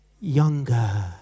younger